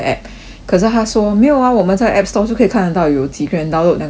可是他说没有 ah 我们在 app store 就可以看得到有几个人 download 那个 app liao 了